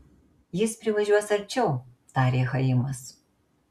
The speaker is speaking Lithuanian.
jis privažiuos arčiau tarė chaimas